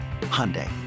Hyundai